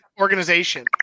organization